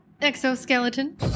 Exoskeleton